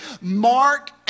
Mark